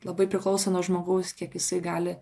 labai priklauso nuo žmogaus kiek jisai gali